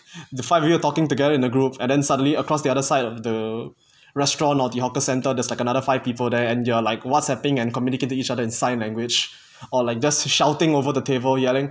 the five of you talking together in a group and then suddenly across the other side of the restaurant or the hawker center there's like another five people there and you're like whatsapping and communicating to each other in sign language or like just shouting over the table yelling